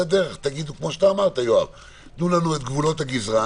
גבולות הגזרה,